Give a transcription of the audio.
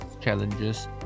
challenges